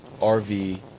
RV